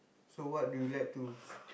so what do you like to s~